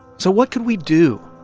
so what could we do?